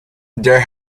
there